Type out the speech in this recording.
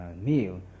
meal